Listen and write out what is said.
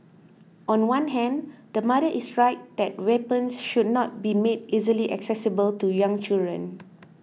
on one hand the mother is right that weapons should not be made easily accessible to young children